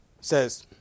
says